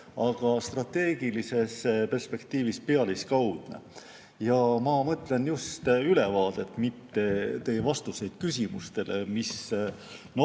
aga strateegilises perspektiivis pealiskaudne. Ma mõtlen just ülevaadet, mitte teie vastuseid küsimustele, mis